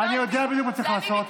אני יודע בדיוק מה צריך לעשות.